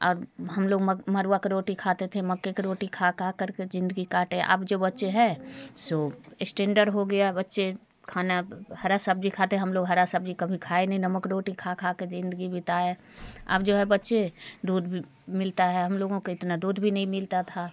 अब हम लोग मरवा कर रोटी खाते थे मक्के की रोटी खा खाकर जिंदगी काटे अब जो बच्चे हैं सो स्टैंडर्ड हो गया बच्चे खाना हरा सब्जी खाते हम लोग हरा सब्जी कभी खाई नहीं नमक रोटी खा खा के जिंदगी बिताए अब जो है बच्चे दूध मिलता है हम लोगों को इतना दूध भी नहीं मिलता था